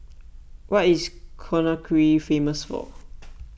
what is Conakry famous for